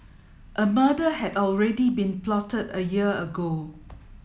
a murder had already been plotted a year ago